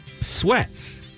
sweats